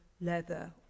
leather